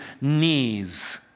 knees